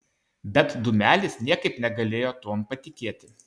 bet dūmelis niekaip negalėjo tuom patikėti